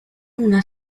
una